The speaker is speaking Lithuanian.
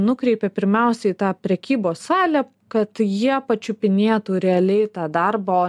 nukreipia pirmiausia į tą prekybos salę kad jie pačiupinėtų realiai tą darbo